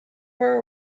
were